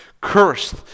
Cursed